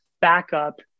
backup